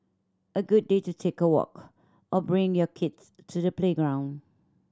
a good day to take a walk or bring your kids to the playground